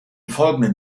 folgenden